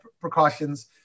precautions